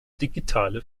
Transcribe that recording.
digitale